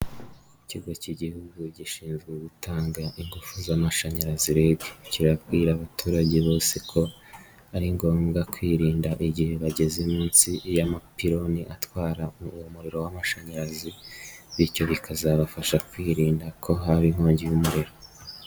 Ikigo k'Igihugu gishinzwe gutanga ingufu z'amashanyarazi REG, kirabwira abaturage bose ko ari ngombwa kwirinda igihe bageze munsi y'amapironi atwara umuririro w'amashanyarazi, bityo bikazabafasha kwirinda ko haba inkongi y'umuriro.